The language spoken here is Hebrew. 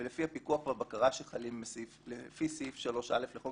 ולפי הפיקוח והבקרה שחלים לפי סעיף 3א לחוק